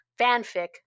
fanfic